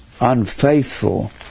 unfaithful